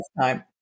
time